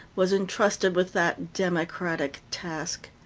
was intrusted with that democratic task.